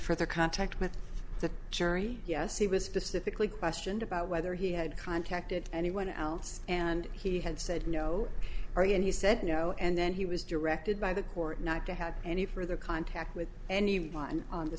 further contact with the jury yes he was specifically questioned about whether he had contacted anyone else and he had said no and he said no and then he was directed by the court not to have any further contact with anyone on the